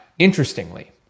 Interestingly